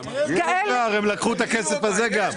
הם לקחו גם את הכסף הזה.